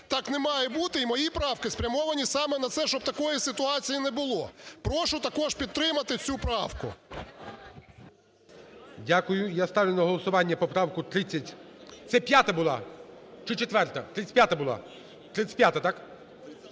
Так не має бути. І мої правки спрямовані саме на це, щоб такої ситуації не було. Прошу також підтримати цю правку. ГОЛОВУЮЧИЙ. Дякую. Я ставлю на голосування поправку 30. Це 5-а була чи 4-а? 35-а була. 35-а, так?